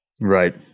Right